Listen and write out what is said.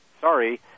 sorry